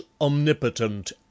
omnipotent